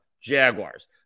Jaguars